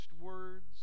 words